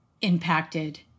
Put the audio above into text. impacted